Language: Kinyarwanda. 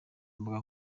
mbuga